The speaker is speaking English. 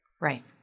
Right